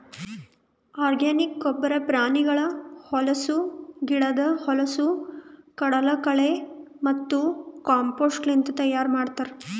organic ಗೊಬ್ಬರ ಪ್ರಾಣಿಗಳ ಹೊಲಸು, ಗಿಡುದ್ ಹೊಲಸು, ಕಡಲಕಳೆ ಮತ್ತ ಕಾಂಪೋಸ್ಟ್ಲಿಂತ್ ತೈಯಾರ್ ಮಾಡ್ತರ್